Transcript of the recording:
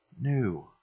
new